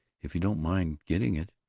if you don't mind getting it.